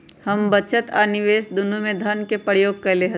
हम बचत आ निवेश दुन्नों में धन के प्रयोग कयले हती